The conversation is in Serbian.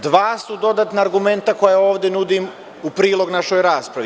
Dva su dodatna argumenta koja ovde nudim u prilog našoj raspravi.